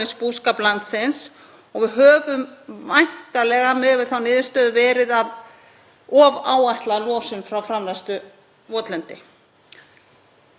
og vanáætlað í rauninni það sem binst í framræslu votlendis sem er ræktað. En þetta þarf allt að skoða betur.